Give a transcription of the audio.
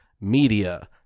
media